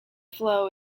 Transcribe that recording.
flow